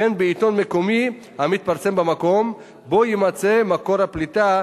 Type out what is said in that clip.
וכן בעיתון מקומי המתפרסם במקום שבו יימצא מקור הפליטה,